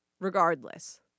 regardless